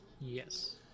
Yes